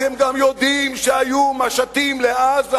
אתם גם יודעים שהיו בשנים